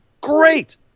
Great